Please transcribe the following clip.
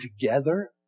together